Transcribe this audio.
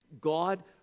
God